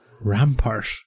Rampart